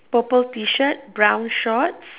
purple T shirt brown shorts